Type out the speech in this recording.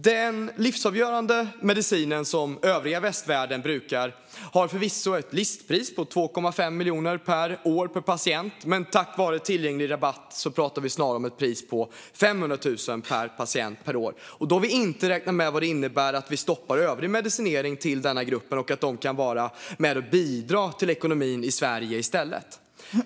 Den livsavgörande medicinen som övriga västvärlden brukar har förvisso ett listpris på 2,5 miljoner per år per patient, men tack vare tillgänglig rabatt pratar vi snarare om 500 000 kronor per patient per år. Då har vi inte räknat med vad det innebär att vi stoppar övrig medicinering till denna grupp och att den kan vara med och bidra till ekonomin i Sverige i stället.